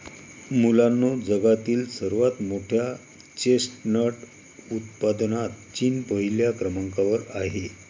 मुलांनो जगातील सर्वात मोठ्या चेस्टनट उत्पादनात चीन पहिल्या क्रमांकावर आहे